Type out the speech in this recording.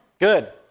good